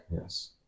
yes